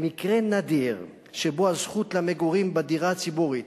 במקרה נדיר שבו הזכות למגורים בדירה הציבורית